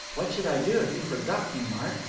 what should i do if you forgot me, mark?